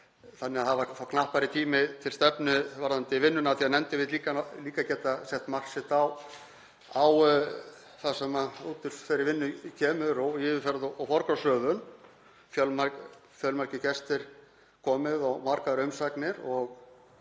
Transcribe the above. Það er þá knappari tími til stefnu varðandi vinnuna af því að nefndin vill líka geta sett mark sitt á það sem út úr þeirri vinnu kemur og yfirferð og forgangsröðun. Fjölmargir gestir hafa komið og margar umsagnir og